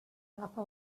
agafa